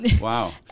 wow